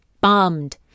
bummed